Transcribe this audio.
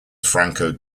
franco